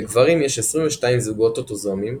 לגברים יש 22 זוגות אוטוזומים,